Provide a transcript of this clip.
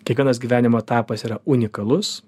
kiekvienas gyvenimo etapas yra unikalus